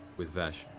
with vesh,